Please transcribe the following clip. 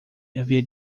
havia